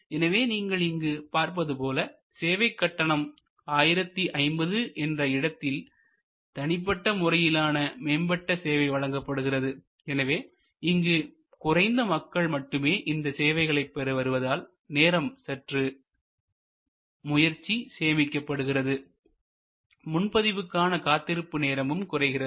எனவே நீங்கள் இங்கு பார்ப்பது போல சேவை கட்டணம் 1050 என்ற இடத்தில் தனிப்பட்ட முறையிலான மேம்பட்ட சேவை வழங்கப்படுகிறது எனவே இங்கு குறைந்த மக்கள் மட்டுமே இந்த சேவையை பெற வருவதால் நேரம் மற்றும் முயற்சி சேமிக்கப்படுகிறது முன்பதிவுக்கான காத்திருப்பு நேரமும் குறைகிறது